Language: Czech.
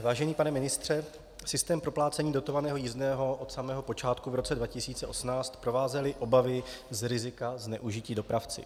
Vážený pane ministře, systém proplácení dotovaného jízdného od samého počátku v roce 2018 provázely obavy z rizika zneužití dopravci.